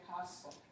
possible